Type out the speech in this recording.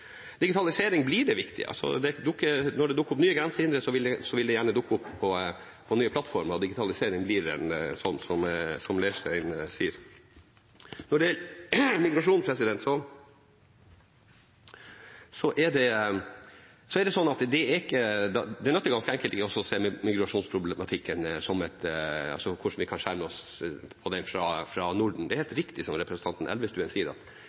Digitalisering blir det viktige. Når det dukker opp nye grensehinder, vil det gjerne dukke opp på nye plattformer som digitalisering, slik som representanten Leirstein sier. Når det gjelder migrasjon, nytter det ganske enkelt ikke å se på migrasjonsproblematikken og hvordan vi kan skjerme oss, fra Norden. Det er helt riktig som representanten Elvestuen sier, at